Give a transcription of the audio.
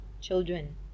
children